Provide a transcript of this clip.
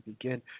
begin